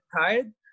tired